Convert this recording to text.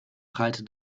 breite